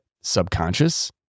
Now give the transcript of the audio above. subconscious